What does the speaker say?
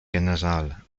general